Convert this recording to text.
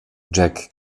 jack